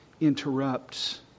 interrupts